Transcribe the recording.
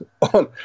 on